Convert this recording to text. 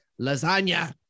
lasagna